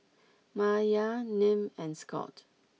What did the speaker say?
Maia Nim and Scot